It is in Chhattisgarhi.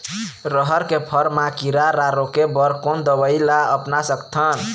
रहर के फर मा किरा रा रोके बर कोन दवई ला अपना सकथन?